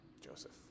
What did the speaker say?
Joseph